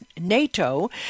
NATO